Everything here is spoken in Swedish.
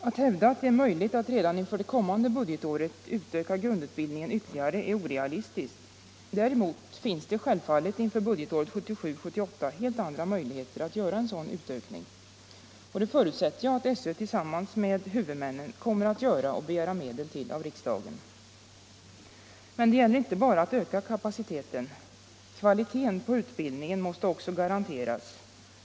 Att hävda att det är möjligt att redan inför det kommande budgetåret utöka grundutbildningen ytterligare är helt orealistiskt. Däremot finns det självfallet inför budgetåret 1977/78 helt andra möjligheter att göra en sådan utökning. Det förutsätter jag att SÖ tillsammans med huvud männen kommer att göra och begära medel till av riksdagen. Men det gäller inte bara att öka kapaciteten. Kvaliteten på utbildningen måste också garanteras.